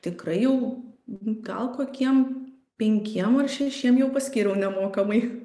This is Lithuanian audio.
tikrai jau gal kokiem penkiem ar šešiem jau paskyriau nemokamai